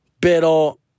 pero